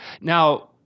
Now